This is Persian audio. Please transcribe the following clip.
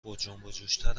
پرجنبوجوشتر